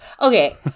Okay